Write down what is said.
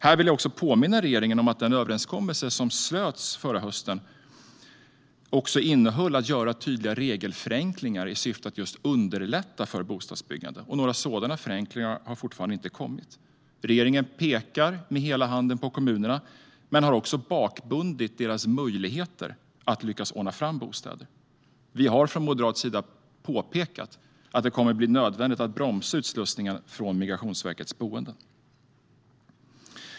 Här vill jag påminna regeringen om att den överenskommelse som slöts förra hösten också innebar att göra tydliga regelförenklingar i syfte att just underlätta för bostadsbyggande. Några sådana förenklingar har fortfarande inte kommit. Regeringen pekar med hela handen på kommunerna men har också bakbundit deras möjligheter att ordna fram bostäder. Vi har från moderat sida påpekat att det kommer att bli nödvändigt att bromsa utslussningen från Migrationsverkets boenden.